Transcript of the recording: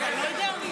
אתה לא יודע?